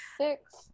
six